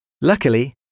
Luckily